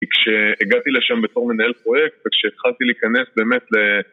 כי כשהגעתי לשם בתור מנהל פרויקט וכשהתחלתי להיכנס באמת ל...